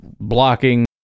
blocking